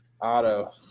Auto